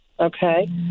Okay